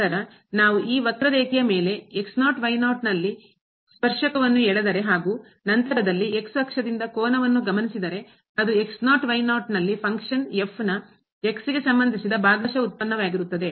ನಂತರ ನಾವು ಈ ವಕ್ರರೇಖೆಯ ಮೇಲೆ ನಲ್ಲಿ ಸ್ಪರ್ಶಕ ಟೆನ್ಜೆಂಟ್ಸ್ ವನ್ನು ಎಳೆದರೆ ಹಾಗೂ ನಂತರದಲ್ಲಿ ಅಕ್ಷದಿಂದ ಕೋನವನ್ನು ಗಮನಿಸಿದರೆ ಅದು ನಲ್ಲಿ ಫಂಕ್ಷನ್ ಕಾರ್ಯ ನ ಗೆ ಸಂಬಂಧಿಸಿದ ಭಾಗಶಃ ವ್ಯುತ್ಪನ್ನವಾಗಿರುತ್ತದೆ